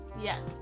yes